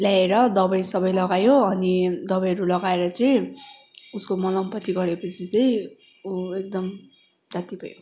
ल्याएर दवाईसवाई लगायो अनि दवाईहरू लगाएर चाहिँ उसको मलमपट्टि गरेपछि चाहिँ उ एकदम जाती भयो